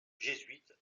jésuites